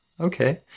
okay